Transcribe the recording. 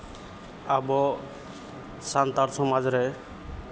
ᱟᱵᱚ ᱥᱟᱱᱛᱟᱲ ᱥᱟᱶᱛᱟ ᱨᱮ